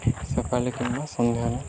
ସକାଳେ କିମ୍ବା ସନ୍ଧ୍ୟାରେ